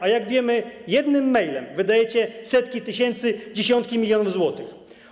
A jak wiemy, jednym mailem wydajecie setki tysięcy, dziesiątki milionów złotych.